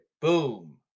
Boom